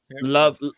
Love